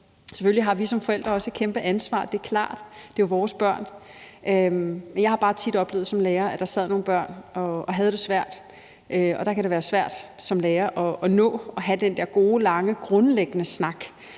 Selvfølgelig har vi som forældre også et kæmpe ansvar, det er klart; det er jo vores børn. Jeg har bare tit som lærer oplevet, at der sad nogle børn og havde det svært, og der kan det være svært som lærer at nå at have den der gode, lange, grundlæggende snak,